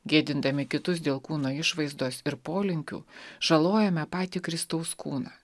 gėdindami kitus dėl kūno išvaizdos ir polinkių žalojame patį kristaus kūną